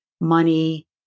money